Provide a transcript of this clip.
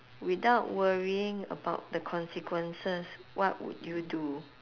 without worrying about the consequences what would you do